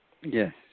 Yes